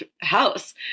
house